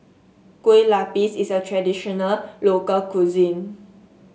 Kue Lupis is a traditional local cuisine